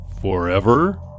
forever